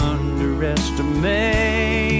Underestimate